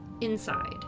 inside